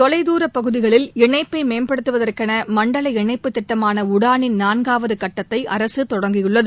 தொலைதூர பகுதிகளில் இணைப்பை மேம்படுத்துவதற்கென மண்டல இணைப்பு திட்டமான உடானின் நான்காவது கட்டத்தை அரசு தொடங்கியுள்ளது